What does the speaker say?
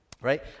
right